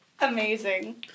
amazing